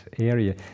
area